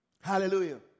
Hallelujah